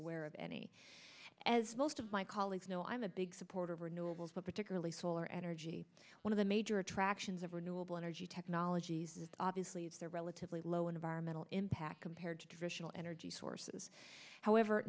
aware of any as most of my colleagues know i'm a big supporter of renewables but particularly solar energy one of the major attractions of renewable energy technologies is obviously it's a relatively low environmental impact compared to traditional energy sources however